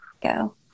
go